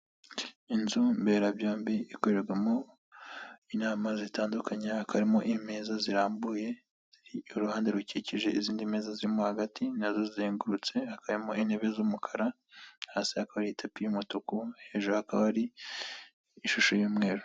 Inzu mberabyombi ikorerwamo inama zitandukanye, hakaba harimo imeza zirambuye, uruhande rukikije izindi meza zirimo hagati, nazo zizengurutse hakaba harimo intebe z'umukara, hasi hakaba itapi y'umutuku, hejuru hakaba hari ishusho y'umweru.